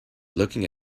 looking